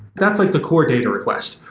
that's like the core data request.